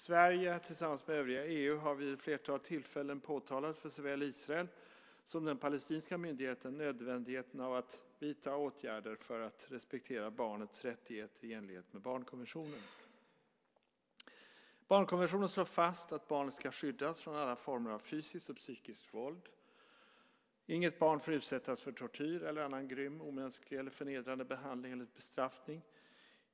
Sverige har tillsammans med övriga EU vid ett flertal tillfällen påtalat för såväl Israel som den palestinska myndigheten nödvändigheten av att vidta åtgärder för att respektera barnets rättigheter i enlighet med barnkonventionen. Barnkonventionen slår fast att barnet ska skyddas från alla former av fysiskt och psykiskt våld. Inget barn får utsättas för tortyr eller annan grym, omänsklig eller förnedrande behandling eller bestraffning.